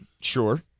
Sure